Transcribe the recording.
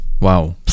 Wow